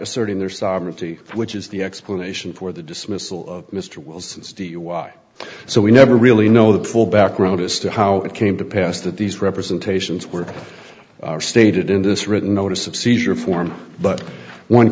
asserting their sovereignty which is the explanation for the dismissal of mr wilson's d y so we never really know the full background as to how it came to pass that these representations were stated in this written notice of seizure form but one